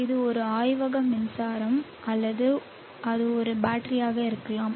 இது ஒரு ஆய்வக மின்சாரம் அல்லது அது ஒரு பேட்டரியாக இருக்கலாம்